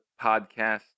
podcast